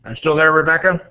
and still there, rebecca?